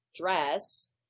dress